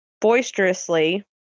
boisterously